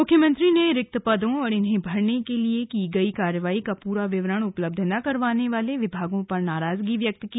मुख्यमंत्री ने रिक्त पदों और इन्हें भरने के लिए की गई कार्यवाही का पूरा विवरण उपलब्ध न करवाने वाले विभागों पर नाराजगी व्यक्त की